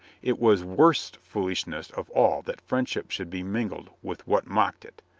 it was worst foolishness of all that friendship should be mingled with what mocked it,